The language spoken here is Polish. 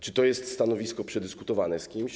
Czy to jest stanowisko przedyskutowane z kimś?